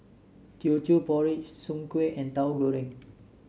Teochew Porridge Soon Kway and Tahu Goreng